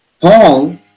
Paul